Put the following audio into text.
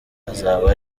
azaba